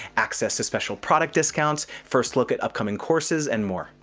access to special product discounts. first look at upcoming courses and more.